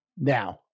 Now